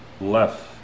left